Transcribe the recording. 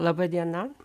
laba diena